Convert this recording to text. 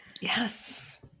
yes